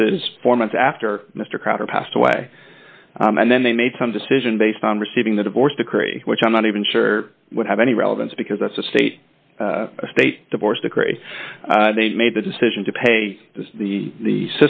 this is four months after mr crowder passed away and then they made some decision based on receiving the divorce decree which i'm not even sure would have any relevance because that's a state a state divorce decree they made the decision to pay the the